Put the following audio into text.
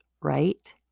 right